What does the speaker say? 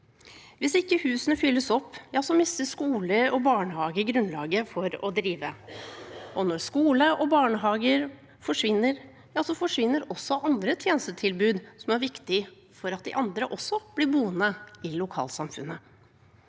Hvis ikke husene fylles opp, mister skoler og barnehager grunnlaget for å drive, og når skoler og barnehager forsvinner, forsvinner også andre tjenestetilbud som er viktige for at andre blir boende i lokalsamfunnet.